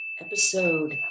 episode